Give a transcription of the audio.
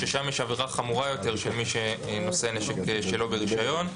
ששם יש עבירה חמורה יותר של מי שנושא נשק שלא ברישיון.